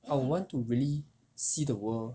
I would want to really see the world